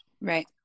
Right